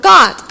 God